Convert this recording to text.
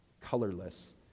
colorless